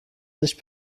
sich